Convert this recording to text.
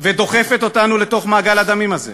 ודוחפת אותנו לתוך מעגל הדמים הזה.